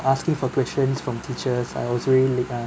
asking for questions from teachers I also really like uh